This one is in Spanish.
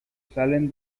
salen